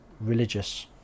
religious